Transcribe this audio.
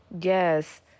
Yes